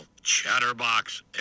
Chatterbox